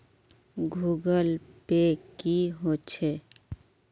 Google Pay की होचे?